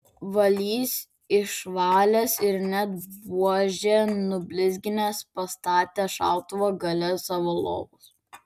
valys išvalęs ir net buožę nublizginęs pastatė šautuvą gale savo lovos